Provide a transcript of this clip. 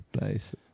Nice